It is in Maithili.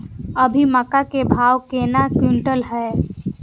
अभी मक्का के भाव केना क्विंटल हय?